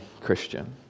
Christian